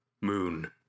Moon